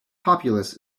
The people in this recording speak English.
populous